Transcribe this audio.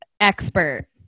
expert